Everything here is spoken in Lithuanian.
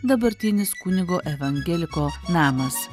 dabartinis kunigo evangeliko namas